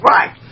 Right